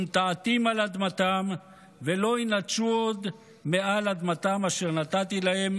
ונטעתים על אדמתם ולא ינתשו עוד מעל אדמתם אשר נתתי להם",